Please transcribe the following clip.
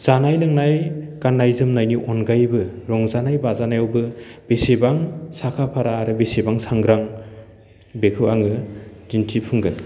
जानाय लोंनाय गान्नाय जोमनायनि अनगायैबो रंजानाय बाजानायावबो बेसेबां साखा फारा आरो बेसेबां सांग्रां बेखौ आङो दिन्थिफुंगोन